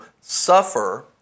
suffer